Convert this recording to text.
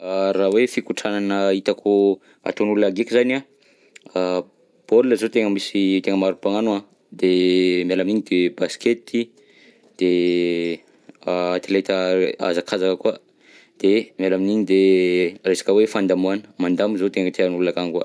Raha hoe fikontranana hitako ataon'olona ndreky zany an, a baolina zao tegna misy tegna maro mpagnano an de miala amin'iny de basikety, de atleta hazakazaka koa, de miala amin'iny de resaka hoe fandamoagna, mandamo zao tegna tian'olona akany koa.